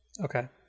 Okay